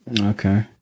Okay